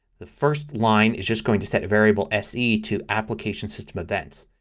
the first line is just going to set a variable se to application system events.